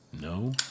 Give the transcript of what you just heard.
No